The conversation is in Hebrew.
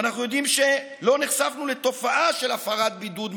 ואנחנו יודעים שלא נחשפנו לתופעה של הפרת בידוד מכוונת.